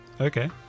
Okay